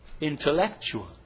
intellectual